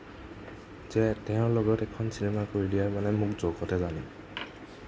যে তেওঁৰ লগত এখন চিনেমা কৰি দিয়া মানে মোক জগতে জানে